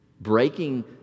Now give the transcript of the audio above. Breaking